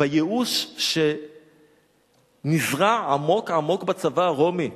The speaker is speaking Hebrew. בייאוש שנזרע עמוק בצבא הרומי.